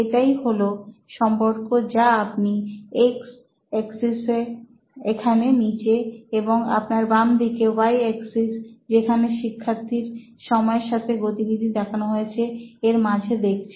এটাই হলো সম্পর্ক যা আপনি এক্স অক্সিস এখানে নীচে এবং আপনার বাম দিকে ওয়াই অক্সিস যেখানে শিক্ষার্থীর সময়ের সাথে গতিবিধি দেখানো হয়েছে এর মাঝে দেখছেন